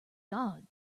god